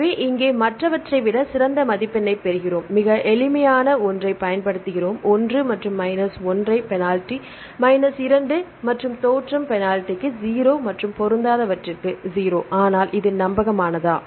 எனவே இங்கே மற்றவற்றை விட சிறந்த மதிப்பெண்ணைப் பெறுகிறோம் மிக எளிமையான ஒன்றைப் பயன்படுத்துகிறோம் ஒன்று மற்றும் மைனஸ் 1 ஐ பெனால்டி மைனஸ் 2 மற்றும் தோற்றம் பெனால்டிக்கு 0 மற்றும் பொருந்தாதவற்றுக்கு 0 ஆனால் அது நம்பகமானதா